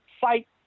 fight